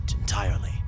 entirely